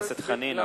חבר הכנסת חנין,